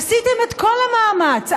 עשיתם את כל המאמץ,